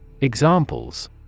Examples